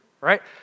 right